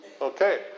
Okay